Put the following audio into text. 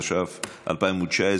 התש"ף 2019,